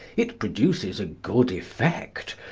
it produces a good effect,